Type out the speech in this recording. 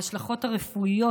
ההשלכות הרפואיות,